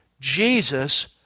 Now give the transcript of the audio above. Jesus